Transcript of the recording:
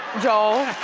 joel.